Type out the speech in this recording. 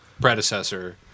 predecessor